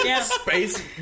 Space